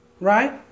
right